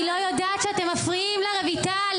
היא לא יודעת שאתם מפריעים לה רויטל.